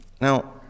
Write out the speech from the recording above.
Now